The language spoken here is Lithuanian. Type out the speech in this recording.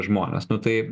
žmones nu tai